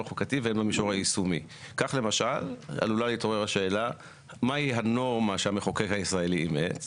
"במסגרת התיקון המוצע המחוקק מאמץ